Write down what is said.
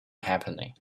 happening